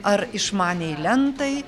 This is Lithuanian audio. ar išmaniajai lentai